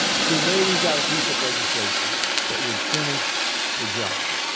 so, today we've got a piece of legislation that would finish the job.